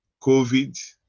COVID